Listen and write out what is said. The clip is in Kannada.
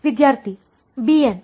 ವಿದ್ಯಾರ್ಥಿ bn